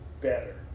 better